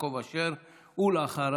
יעקב אשר ואחריו,